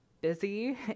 busy